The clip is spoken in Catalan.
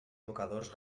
mocadors